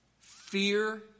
fear